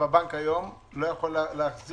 הבנק כיום לא יכול להחזיק?